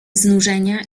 znużenia